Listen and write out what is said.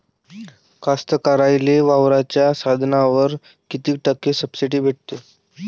कास्तकाराइले वावराच्या साधनावर कीती टक्के सब्सिडी भेटते?